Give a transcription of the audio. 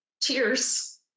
Cheers